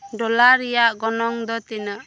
dollar ᱨᱮᱭᱟᱜ ᱜᱚᱱᱚᱝ ᱫᱚ ᱛᱤᱱᱟᱹᱜ